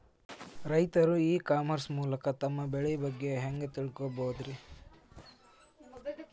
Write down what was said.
ರೈತರು e commerce ಮೂಲಕ ತಮ್ಮ ಬೆಳಿ ಬಗ್ಗೆ ಹ್ಯಾಂಗ ತಿಳ್ಕೊಬಹುದ್ರೇ?